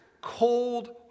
Cold